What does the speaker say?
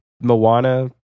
Moana